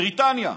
בריטניה,